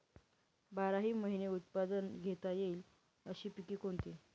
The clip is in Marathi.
बाराही महिने उत्पादन घेता येईल अशी पिके कोणती?